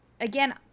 again